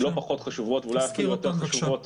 לא פחות חשובות ואולי אפילו יותר חשובות